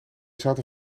zaten